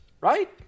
right